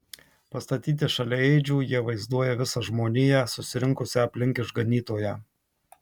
pastatyti šalia ėdžių jie vaizduoja visą žmoniją susirinkusią aplink išganytoją